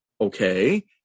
okay